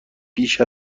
پیش